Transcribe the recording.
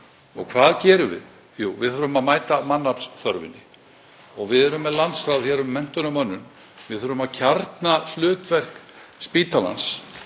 Og hvað gerum við? Við þurfum að mæta mannaflsþörfinni. Við erum með landsráð um menntun og mönnun. Við þurfum að kjarna hlutverk spítalans.